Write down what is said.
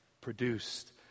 produced